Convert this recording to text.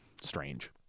Strange